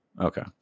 okay